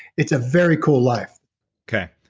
it's a very cool life okay,